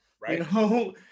right